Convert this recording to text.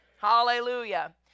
Hallelujah